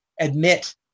admit